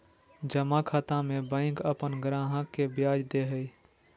जमा खाता में बैंक अपन ग्राहक के ब्याज दे हइ